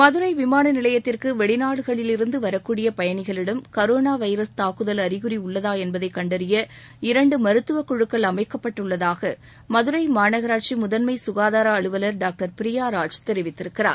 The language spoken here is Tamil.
மதுரை விமான நிலையத்திற்கு வெளிநாடுகளிலிருந்து வரக்கூடிய பயணிகளிடம் கரோனா வைரஸ் தாக்குதல் அறிகுறி உள்ளதா என்பதை கண்டறிய இரண்டு மருத்துவ குழுக்கள் அமைக்கப்பட்டுள்ளதாக மதுரை மாநகராட்சி முதன்மை சுகாதார அலுவல் டாக்டர் பிரியாராஜ் தெரிவித்திருக்கிறார்